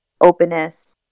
openness